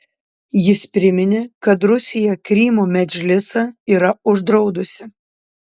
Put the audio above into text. jis priminė kad rusija krymo medžlisą yra uždraudusi